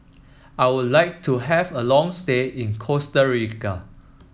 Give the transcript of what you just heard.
I would like to have a long stay in Costa Rica